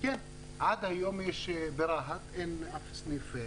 כן, עד היום ברהט אין אף סניף.